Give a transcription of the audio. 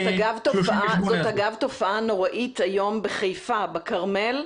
דרך אגב, זו תופעה נוראית היום בחיפה, בכרמל.